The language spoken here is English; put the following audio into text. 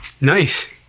Nice